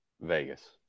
Vegas